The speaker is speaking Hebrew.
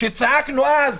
כשצעקנו אז?